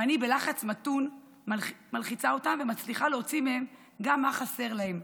ואני בלחץ מתון מלחיצה אותן ומצליחה להוציא מהן גם מה חסר להן,